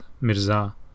Mirza